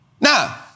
Now